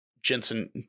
Jensen